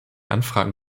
anfragen